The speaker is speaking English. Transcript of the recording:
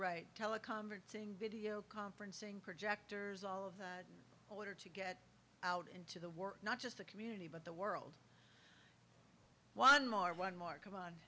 right teleconferencing video conferencing projectors all of the order to get out into the work not just the community but the world one more one more come on